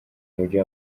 umujyi